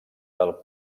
del